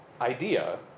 idea